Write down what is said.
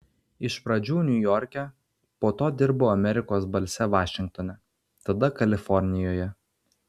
iš pradžių niujorke po to dirbau amerikos balse vašingtone tada kalifornijoje